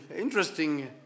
interesting